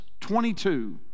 22